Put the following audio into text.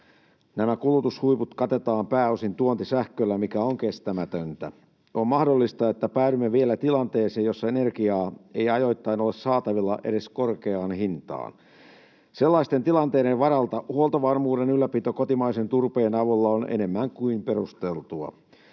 Nämä kulutushuiput katetaan pääosin tuontisähköllä, mikä on kestämätöntä. On mahdollista, että päädymme vielä tilanteeseen, jossa energiaa ei ajoittain ole saatavilla edes korkeaan hintaan. Sellaisten tilanteiden varalta huoltovarmuuden ylläpito kotimaisen turpeen avulla on enemmän kuin perusteltua.